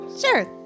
Sure